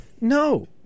No